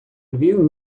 львів